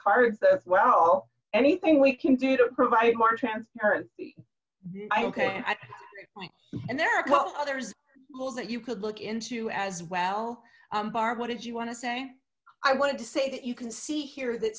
cards as well anything we can do to provide more transparency okay and there are others rules that you could look into as well barb what did you want to say i wanted to say that you can see here that